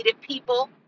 people